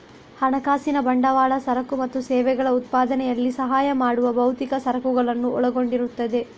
ಹಣಕಾಸಿನ ಬಂಡವಾಳ ಸರಕು ಮತ್ತು ಸೇವೆಗಳ ಉತ್ಪಾದನೆಯಲ್ಲಿ ಸಹಾಯ ಮಾಡುವ ಭೌತಿಕ ಸರಕುಗಳನ್ನು ಒಳಗೊಂಡಿರುತ್ತದೆ